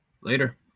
later